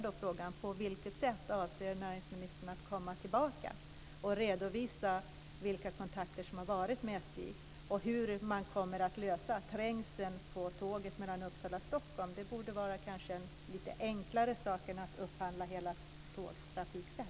Det borde vara en enklare sak än att upphandla hela tågsätt.